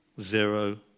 zero